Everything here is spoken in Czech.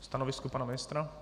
Stanovisko pana ministra?